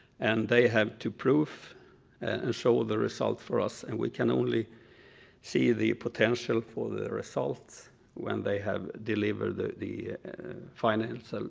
and they have to prove and show ah the result for us, and we can only see the potential for the results when they have delivered the the and and so